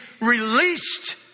released